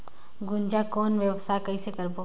गुनजा कौन व्यवसाय कइसे करबो?